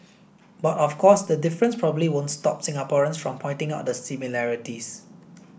but of course the difference probably won't stop Singaporeans from pointing out the similarities